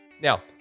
Now